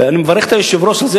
ואני מברך את היושב-ראש הזה,